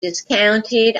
discounted